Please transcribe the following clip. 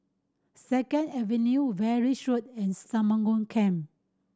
Second Avenue Valley Road and Stagmont Camp